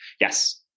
Yes